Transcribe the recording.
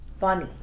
funny